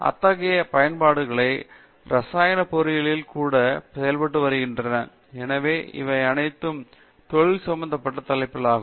அத்தகைய பயன்பாடுகள் இரசாயன பொறியியலில் கூட செய்யப்பட்டு வருகின்றன எனவே இவை அனைத்தும் தொழில் சம்பந்தப்பட்ட தலைப்புகளாகும்